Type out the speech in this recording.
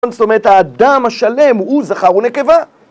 זאת אומרת, האדם השלם הוא זכר ונקבה.